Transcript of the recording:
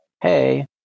hey